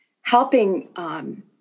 helping